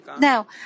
Now